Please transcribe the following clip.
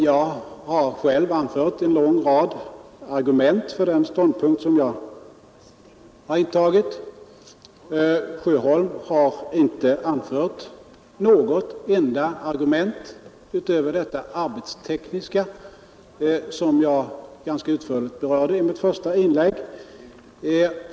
Jag har anfört en lång rad argument för den ståndpunkt som jag intagit; herr Sjöholm har inte anfört ett enda argument utöver detta arbetstekniska, som jag berörde ganska utförligt i mitt förra inlägg.